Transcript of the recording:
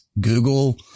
Google